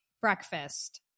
breakfast